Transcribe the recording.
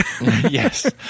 Yes